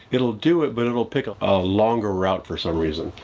it'll do it, but it'll pick up a longer route for some reason.